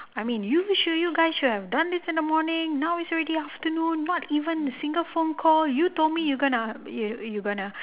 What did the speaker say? I mean you sure you guys should have done this in the morning now is already afternoon not even a single phone call you told me you gonna were gonna